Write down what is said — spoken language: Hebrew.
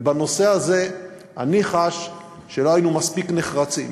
ובנושא הזה אני חש שלא היינו מספיק נחרצים.